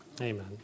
Amen